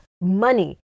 money